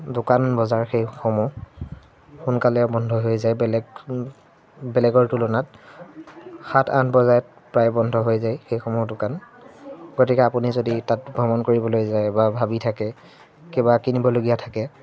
দোকান বজাৰ সেইসমূহ সোনকালে বন্ধ হৈ যায় বেলেগ বেলেগৰ তুলনাত সাত আঠ বজাত প্ৰায় বন্ধ হৈ যায় সেইসমূহৰ দোকান গতিকে আপুনি যদি তাত ভ্ৰমণ কৰিবলৈ যায় বা ভাবি থাকে কিবা কিনিবলগীয়া থাকে